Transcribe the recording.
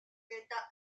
l’état